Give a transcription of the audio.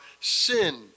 sin